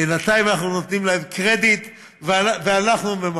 בינתיים אנחנו נותנים להם קרדיט ואנחנו מממנים,